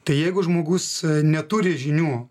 tai jeigu žmogus neturi žinių